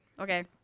Okay